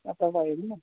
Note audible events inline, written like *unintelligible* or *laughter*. *unintelligible*